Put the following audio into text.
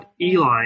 Eli